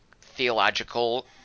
theological